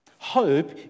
Hope